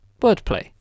Wordplay